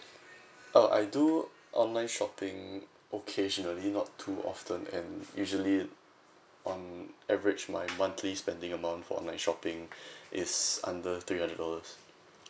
uh I do online shopping occasionally not too often and usually on average my monthly spending amount for online shopping is under three hundred dollars